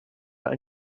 out